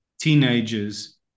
teenagers